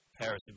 Paris